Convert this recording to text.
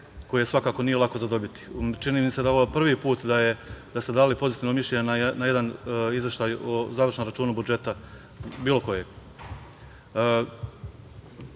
koje svakako nije lako zadobiti. Čini mi se da je ovo prvi put da ste dali pozitivno mišljenje na jedan izveštaj o završenom računu budžeta bilo